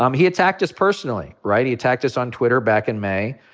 um he attacked us personally, right? he attacked us on twitter back in may.